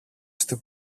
στην